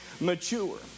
mature